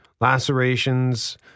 lacerations